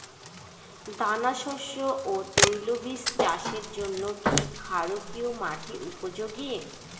দানাশস্য ও তৈলবীজ চাষের জন্য কি ক্ষারকীয় মাটি উপযোগী?